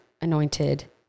anointed